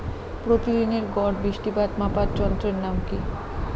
প্রতিদিনের গড় বৃষ্টিপাত মাপার যন্ত্রের নাম কি?